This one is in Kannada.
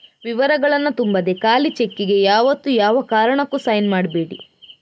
ವಿವರಗಳನ್ನ ತುಂಬದೆ ಖಾಲಿ ಚೆಕ್ಕಿಗೆ ಯಾವತ್ತೂ ಯಾವ ಕಾರಣಕ್ಕೂ ಸೈನ್ ಮಾಡ್ಬೇಡಿ